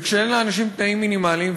וכשאין לאנשים תנאים מינימליים,